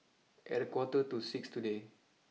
at a quarter to six today